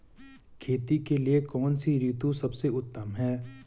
खेती के लिए कौन सी ऋतु सबसे उत्तम है?